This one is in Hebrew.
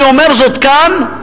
ואני אומר זאת כאן,